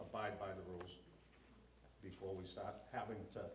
abide by the rules before we start having